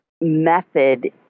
method